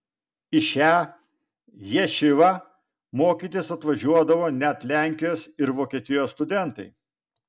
į šią ješivą mokytis atvažiuodavo net lenkijos ir vokietijos studentai